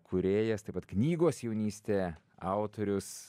kūrėjas taip pat knygos jaunystė autorius